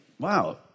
Wow